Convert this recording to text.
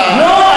לא,